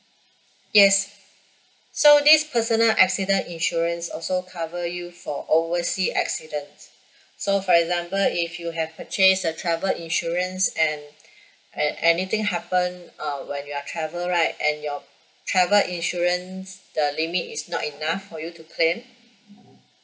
yes so this personal accident insurance also cover you for oversea accident so for example if you have purchase a travel insurance and and anything happen err when you are travel right and your travel insurance the limit is not enough for you to claim